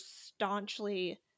staunchly